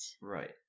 Right